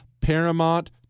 Paramount